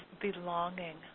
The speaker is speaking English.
belonging